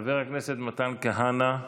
חבר הכנסת מתן כהנא,